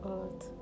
Earth